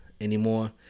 anymore